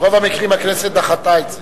ברוב המקרים הכנסת דחתה את זה.